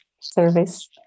service